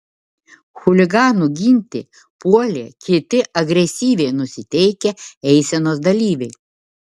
chuliganų ginti puolė kiti agresyviai nusiteikę eisenos dalyviai